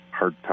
hardtop